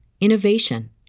innovation